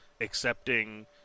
accepting